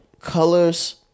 colors